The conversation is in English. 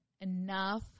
enough